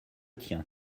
tien